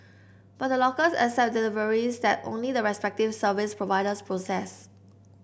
but the lockers accept deliveries that only the respective service providers process